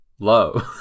low